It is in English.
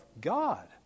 God